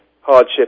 hardship